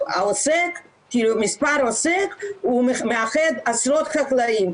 שמספר העוסק מאחד עשרות חקלאים,